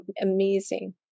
amazing